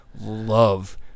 love